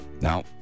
Now